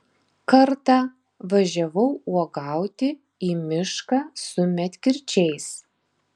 kartą važiavau uogauti į mišką su medkirčiais